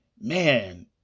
man